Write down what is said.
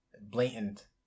blatant